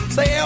Say